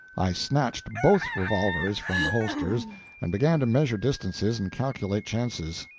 i snatched both revolvers from the holsters and began to measure distances and calculate chances.